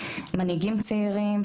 מנהיגים צעירים,